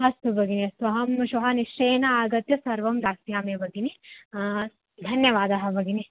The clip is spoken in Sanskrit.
अस्तु भगिनि अस्तु अहं श्वः निश्चयेन आगत्य सर्वं दास्यामि भगिनि धन्यवादः भगिनि